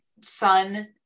son